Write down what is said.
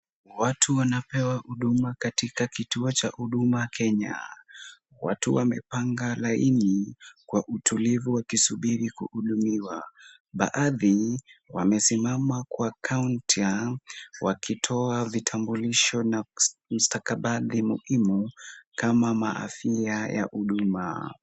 Watu wanapewa huduma katika kituo cha huduma Kenya. Watu wamepanga laini kwa utulivu wakisubiri kuhudumiwa. Baadhi wamesimama kwa kaunta wakitoa vitambulisho na mstakabadhi muhimu kama maafia ya huduma.